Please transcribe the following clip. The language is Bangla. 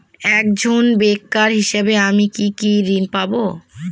একজন বেকার হিসেবে আমি কি কি ঋণ পাব?